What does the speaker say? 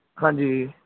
ਹਾਂਜੀ